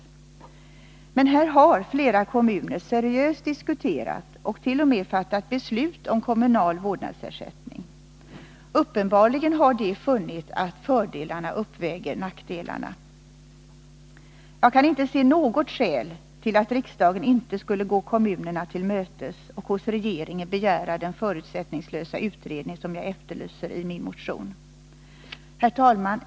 Här har emellertid flera kommuner seriöst diskuterat och t.o.m. fattat beslut om kommunal vårdnadsersättning. Uppenbarligen har de funnit att fördelarna uppväger nackdelarna. Jag kan inte se något skäl till att riksdagen inte skulle gå kommunerna till mötes och hos regeringen begära den förutsättningslösa utredning som jag efterlyser i min motion. Herr talman!